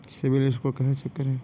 CIBIL score कैसे चेक करें?